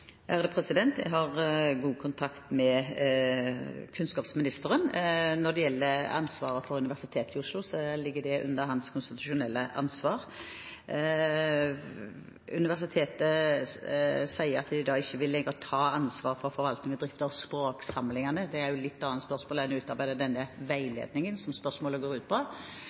Jeg har god kontakt med kunnskapsministeren. Når det gjelder ansvaret for Universitetet i Oslo, så ligger det under hans konstitusjonelle ansvar. Universitetet sier at de da ikke lenger vil ta ansvaret for forvaltning og drift av språksamlingene – det er jo et litt annet spørsmål enn å utarbeide denne veiledningen, som spørsmålet går ut på